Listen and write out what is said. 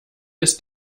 ist